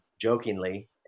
jokingly